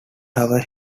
tower